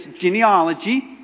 genealogy